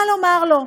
מה לומר לו: